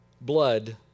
blood